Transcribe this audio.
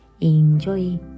Enjoy